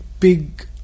big